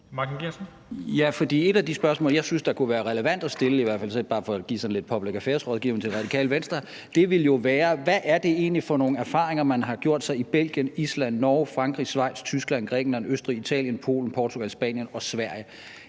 et af de spørgsmål, jeg i hvert fald synes det kunne være relevant at stille – bare for at give sådan lidt public affairs-rådgivning til Radikale Venstre – ville jo være: Hvad er det egentlig for nogle erfaringer, man har gjort sig i Belgien, Island, Norge, Frankrig, Schweiz, Tyskland, Grækenland, Østrig, Italien, Polen, Portugal, Spanien og Sverige?